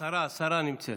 השרה, השרה נמצאת.